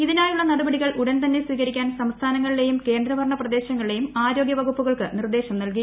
ഇതിനായുള്ള നടപടികൾ ഉടൻ തന്നെ സ്വീകരിക്ക്ക്ാൻ സംസ്ഥാനങ്ങളിലെയും കേന്ദ്ര ഭരണപ്രദേശങ്ങളിലെയും ്ആരോഗ്യ വകുപ്പുകൾക്ക് നിർദ്ദേശം നൽകി